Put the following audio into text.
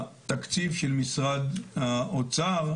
התקציב של משרד האוצר,